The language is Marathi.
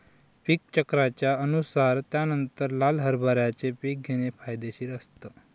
पीक चक्राच्या अनुसार त्यानंतर लाल हरभऱ्याचे पीक घेणे फायदेशीर असतं